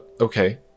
Okay